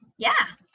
yeah.